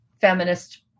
feminist